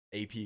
AP